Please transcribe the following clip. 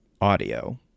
audio